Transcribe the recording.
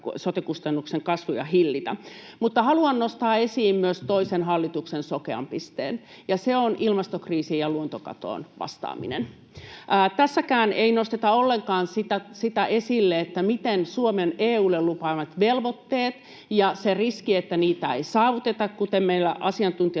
sote-kustannusten kasvua hillitä. Haluan nostaa esiin myös hallituksen toisen sokean pisteen, ja se on ilmastokriisiin ja luontokatoon vastaaminen. Tässäkään ei nosteta ollenkaan esille sitä, miten Suomen EU:lle lupaamat velvoitteet ja se riski, että niitä ei saavuteta — kuten meillä asiantuntijat